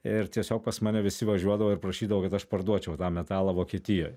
ir tiesiog pas mane visi važiuodavo ir prašydavo kad aš parduočiau tą metalą vokietijoj